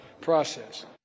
process